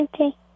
Okay